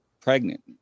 pregnant